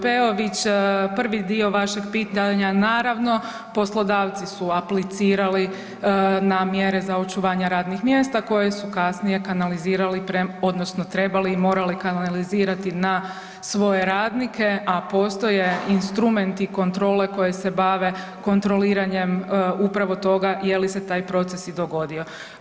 Peović, prvi dio vašeg pitanja, naravno poslodavci su aplicirali na mjere za očuvanje radnih mjesta koje su kasnije kanalizirali odnosno trebali i morali kanalizirati na svoje radnike, a postoje instrumenti kontrole koje se bave kontroliranjem upravo toga je li se taj proces i dogodio.